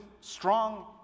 strong